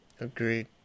Agreed